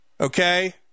okay